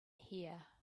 here